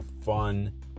fun